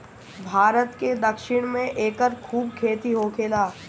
भारत के दक्षिण में एकर खूब खेती होखेला